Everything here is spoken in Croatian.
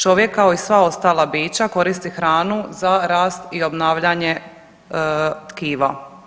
Čovjek kao i sva ostala bića koristi hranu za rast i obnavljanje tkiva.